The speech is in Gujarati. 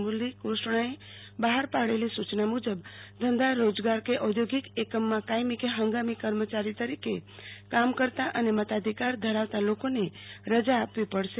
મુરલીક્રષ્ણે બહાર પાડેલી સુચના મુજબ ધંધા રોજગાર કે ઓઘોગોકિ એકમમાં કાયમી કે હંગામી કર્મચારી તરીકે કામ કરતા અને મતાધિકાર ધરાવતા લોકોને રજા આપવી પડશે